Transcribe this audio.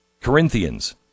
Corinthians